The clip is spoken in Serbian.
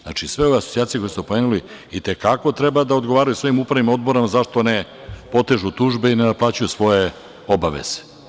Znači, sve ove asocijacije koje ste pomenuli i te kako treba da odgovaraju svojim upravnim odborima zašto ne potežu tužbe i ne naplaćuju svoje obaveze.